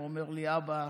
הוא אומר לי: אבא,